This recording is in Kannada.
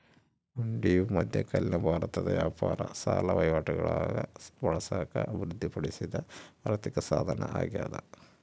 ಹುಂಡಿಯು ಮಧ್ಯಕಾಲೀನ ಭಾರತದ ವ್ಯಾಪಾರ ಸಾಲ ವಹಿವಾಟುಗುಳಾಗ ಬಳಸಾಕ ಅಭಿವೃದ್ಧಿಪಡಿಸಿದ ಆರ್ಥಿಕಸಾಧನ ಅಗ್ಯಾದ